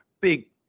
Big